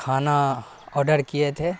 کھانا آڈر کیے تھے